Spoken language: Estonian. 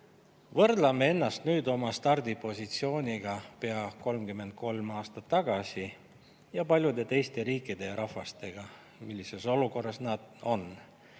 Võrdleme ennast nüüd oma stardipositsiooniga pea 33 aastat tagasi ning paljude teiste riikide ja rahvastega – millises olukorras nad on?